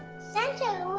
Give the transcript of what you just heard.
santa,